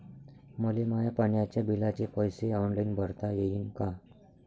मले माया पाण्याच्या बिलाचे पैसे ऑनलाईन भरता येईन का?